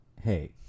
hey